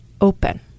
open